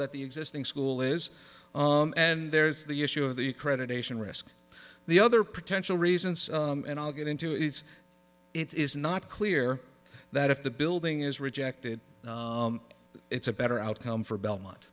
that the existing school is and there's the issue of the accreditation risk the other potential reasons and i'll get into it's it is not clear that if the building is rejected it's a better outcome for belmont